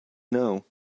know